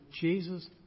Jesus